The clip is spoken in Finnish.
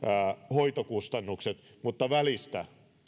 hoitokustannukset mutta välistä